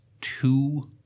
two